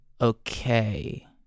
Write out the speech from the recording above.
Okay